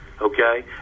okay